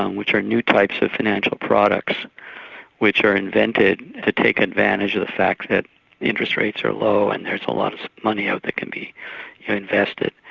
um which are new types of financial products which are invented to take advantage of the fact that interest rates are low and there's lots of money that can be invested.